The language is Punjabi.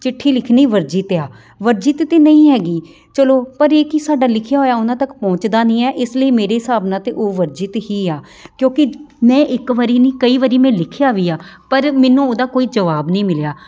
ਚਿੱਠੀ ਲਿਖਣੀ ਵਰਜਿਤ ਆ ਵਰਜਿਤ ਤਾਂ ਨਹੀਂ ਹੈਗੀ ਚਲੋ ਪਰ ਇਹ ਕਿ ਸਾਡਾ ਲਿਖਿਆ ਹੋਇਆ ਉਹਨਾਂ ਤੱਕ ਪਹੁੰਚਦਾ ਨਹੀਂ ਹੈ ਇਸ ਲਈ ਮੇਰੇ ਹਿਸਾਬ ਨਾਲ ਤਾਂ ਉਹ ਵਰਜਿਤ ਹੀ ਆ ਕਿਉਂਕਿ ਮੈਂ ਇੱਕ ਵਾਰੀ ਨਹੀਂ ਕਈ ਵਾਰੀ ਮੈਂ ਲਿਖਿਆ ਵੀ ਆ ਪਰ ਮੈਨੂੰ ਉਹਦਾ ਕੋਈ ਜਵਾਬ ਨਹੀਂ ਮਿਲਿਆ